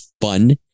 fun